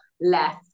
left